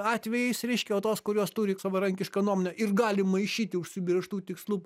atvejais reiškia o tos kurios turi savarankišką nuomonę ir gali maišyti užsibrėžtų tikslų